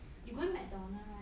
you going McDonald right